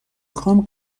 کام